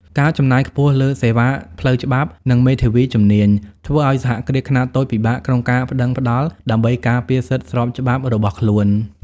ការចំណាយខ្ពស់លើសេវាផ្លូវច្បាប់ និងមេធាវីជំនាញ ធ្វើឱ្យសហគ្រាសខ្នាតតូចពិបាកក្នុងការប្ដឹងផ្ដល់ដើម្បីការពារសិទ្ធិស្របច្បាប់របស់ខ្លួន។